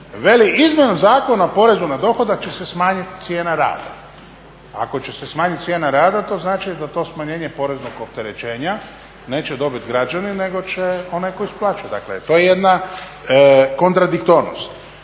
izmjenom Zakona o porezu na dohodak će se smanjiti cijena rada. Ako će se smanjiti cijena rada to znači da to smanjenje poreznog opterećenja neće dobiti građani nego onaj tko isplaćuje. Dakle, to je jedna kontradiktornost.